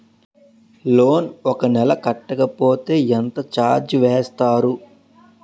Loan ఒక నెల కట్టకపోతే ఎంత ఛార్జ్ చేస్తారు?